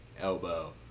elbow